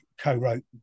co-wrote